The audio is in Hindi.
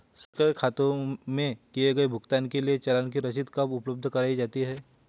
सरकारी खाते में किए गए भुगतान के लिए चालान की रसीद कब उपलब्ध कराईं जाती हैं?